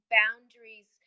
boundaries